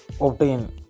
Obtain